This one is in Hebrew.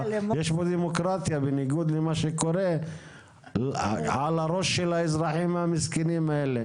יש פה דמוקרטיה בניגוד למה שקורה על הראש של האזרחים המסכנים האלה.